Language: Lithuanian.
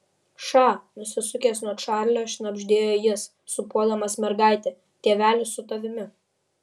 ša nusisukęs nuo čarlio šnabždėjo jis sūpuodamas mergaitę tėvelis su tavimi